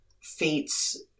Fates